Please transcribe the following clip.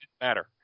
matter